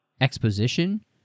exposition